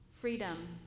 freedom